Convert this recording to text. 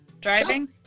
driving